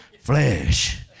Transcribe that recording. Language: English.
Flesh